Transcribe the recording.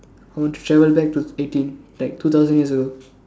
I want to travel back to eighteen like two thousand years ago